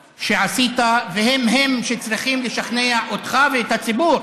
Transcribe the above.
שעשית, והם-הם שצריכים לשכנע אותך ואת הציבור